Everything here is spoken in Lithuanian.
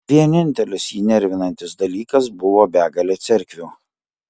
vienintelis jį nervinantis dalykas buvo begalė cerkvių